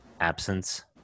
absence